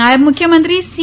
નાયબ મુખ્યમંત્રી સી